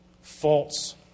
false